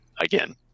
again